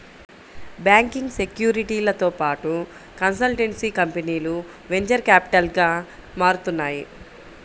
banking, సెక్యూరిటీలతో పాటు consultancy కంపెనీలు వెంచర్ క్యాపిటల్గా మారుతున్నాయి